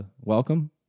welcome